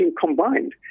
combined